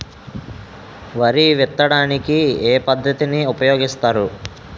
వరి విత్తడానికి ఏ పద్ధతిని ఉపయోగిస్తారు?